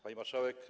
Pani Marszałek!